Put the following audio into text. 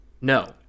no